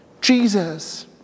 Jesus